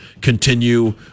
continue